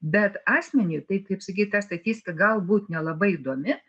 bet asmeniui taip kaip sakyt ta statistika galbūt nelabai įdomi